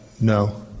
no